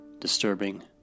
disturbing